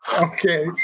Okay